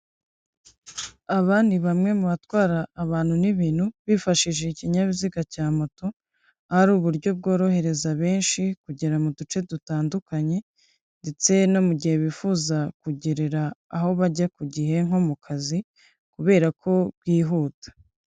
Aba ni bamwe mu batwara abantu n'ibintu, bifashishije ikinyabiziga cya moto, hari uburyo bworohereza benshi, kugera mu duce dutandukanye, ndetse no mu gihe bifuza kugerera aho bajya ku gihe, nko mu kazi kubera ko byihuta.